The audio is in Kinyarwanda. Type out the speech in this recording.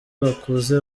bakuze